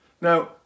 Now